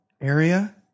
area